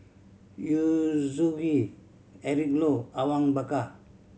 Yu Zhuye Eric Low Awang Bakar